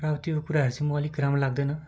र त्यो कुराहरू चाहिँ म अलिक राम्रो लाग्दैन